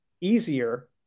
easier